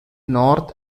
north